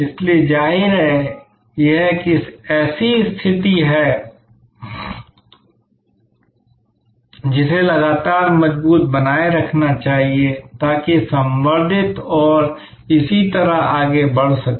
इसलिए जाहिर है यह एक ऐसी स्थिति है जिसे लगातार मजबूत बनाए रखना चाहिए ताकि संवर्धित और इसी तरह आगे बढ़ सके